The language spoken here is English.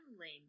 lame